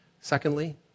Secondly